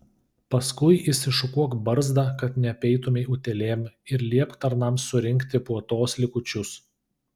paskui išsišukuok barzdą kad neapeitumei utėlėm ir liepk tarnams surinkti puotos likučius